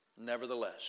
Nevertheless